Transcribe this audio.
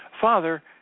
Father